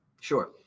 Sure